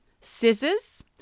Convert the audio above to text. scissors